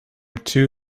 too